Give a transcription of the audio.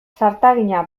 zartagina